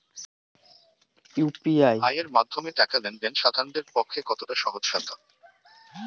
UPI এর মাধ্যমে টাকা লেন দেন সাধারনদের পক্ষে কতটা সহজসাধ্য?